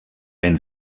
wenn